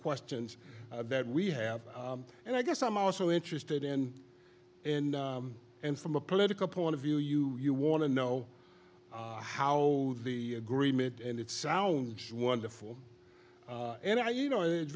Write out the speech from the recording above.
questions that we have and i guess i'm also interested in and and from a political point of view you you want to know how the agreement and it sounds wonderful and i you know it